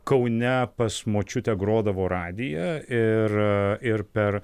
kaune pas močiutę grodavo radija ir ir per